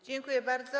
Dziękuję bardzo.